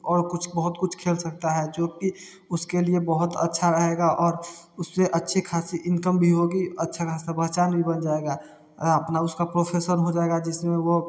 और कुछ बहुत कुछ खेल सकता है जो कि उसके लिए बहुत अच्छा रहेगा और उससे अच्छी खासी इनकम भी होगी अच्छा खासा पहचान भी बन जाएगा अपना उसका प्रोफेसर हो जाएगा जिसमें वह